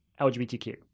LGBTQ